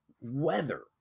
weather